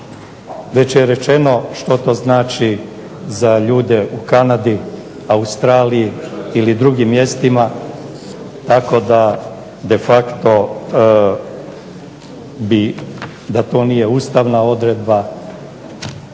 Već je rečeno što to znači za ljude u Kanadi, Australiji ili drugim mjestima tako da de facto da to nije ustavna odredba